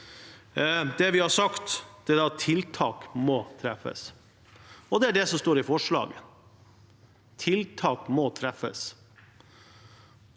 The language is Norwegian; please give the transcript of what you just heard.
Det vi har sagt, er at tiltak må treffes, og det er det som står i forslaget, at tiltak må treffes.